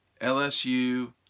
LSU